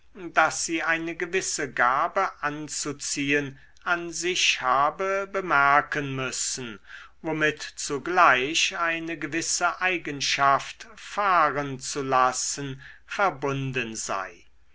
daß sie eine gewisse gabe anzuziehen an sich habe bemerken müssen womit zugleich eine gewisse eigenschaft fahren zu lassen verbunden sei